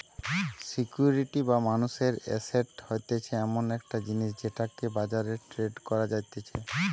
security বা মানুষের asset হতিছে এমন একটা জিনিস যেটাকে বাজারে ট্রেড করা যাতিছে